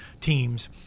teams